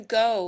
go